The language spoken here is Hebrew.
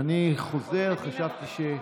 אני חוזר, חשבתי.